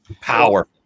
Power